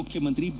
ಮುಖ್ಯಮಂತ್ರಿ ಬಿ